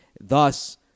Thus